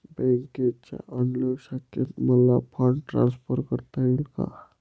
बँकेच्या अन्य शाखेत मला फंड ट्रान्सफर करता येईल का?